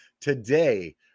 today